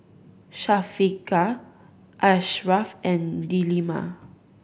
Syafiqah Ashraff and Delima